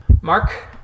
Mark